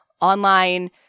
online